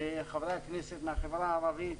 חברי הכנסת מהחברה הערבית,